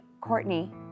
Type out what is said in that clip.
Courtney